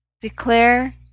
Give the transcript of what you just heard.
Declare